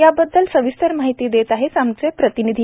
या बददल सविस्तर माहिती देत आहेत आमचे प्रतींनिधी